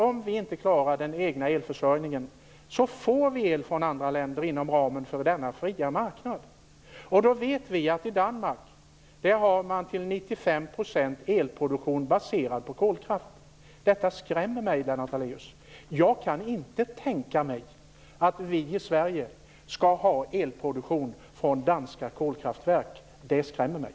Om vi inte klarar den egna elförsörjningen är det självklart att vi får el från andra länder inom ramen för denna fria marknad. Och vi vet att man i Danmark har en elproduktion som till 95 % baseras på kolkraft. Detta skrämmer mig, Lennart Daléus. Jag kan inte tänka mig att vi i Sverige skall ha elproduktion från danska kolkraftverk. Det skrämmer mig.